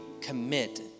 commit